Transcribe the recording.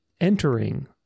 entering